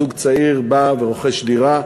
זוג צעיר בא ורוכש דירה.